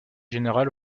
général